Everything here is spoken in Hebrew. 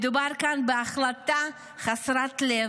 מדובר כאן בהחלטה חסרת לב,